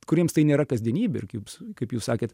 kuriems tai nėra kasdienybė ir kibs kaip jūs sakėt